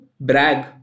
brag